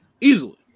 Easily